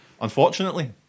Unfortunately